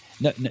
No